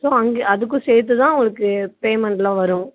so அங்கே அதுக்கும் சேர்த்து தான் உங்களுக்கு பேமெண்ட் எல்லாம் வரும்